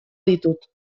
ditut